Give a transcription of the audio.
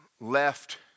left